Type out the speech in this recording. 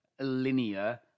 linear